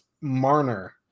Marner